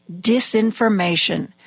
disinformation